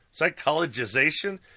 Psychologization